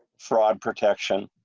fraud protection.